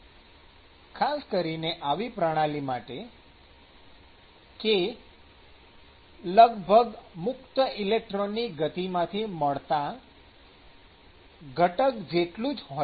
ખાસ કરીને આવી પ્રણાલી માટે k લગભગ મુક્ત ઇલેક્ટ્રોનની ગતિમાંથી મળતા ઘટક જેટલું જ હોય છે